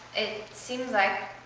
it seems like,